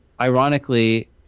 ironically